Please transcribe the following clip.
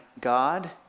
God